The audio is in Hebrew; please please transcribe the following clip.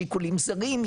שיקולים זרים,